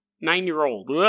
nine-year-old